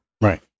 Right